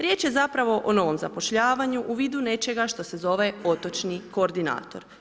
Riječ je zapravo o novom zapošljavanju u vidu nečega što se zove otočni koordinator.